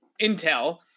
Intel